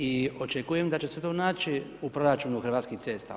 I očekujem da će se tu naći u proračunu Hrvatskih cesta.